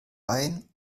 rein